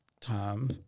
time